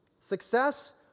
Success